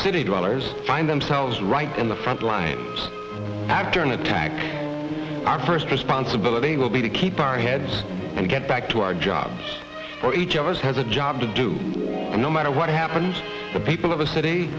city dwellers find themselves right in the front line after an attack our first responsibility will be to keep our heads and get back to our jobs or each of us has a job to do no matter what happens the people of the city